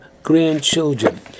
grandchildren